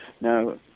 Now